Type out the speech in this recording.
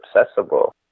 accessible